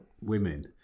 women